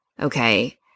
okay